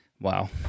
Wow